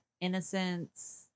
innocence